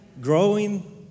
growing